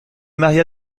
maria